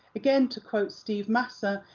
again to quote steve massa,